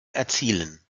erzielen